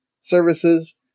services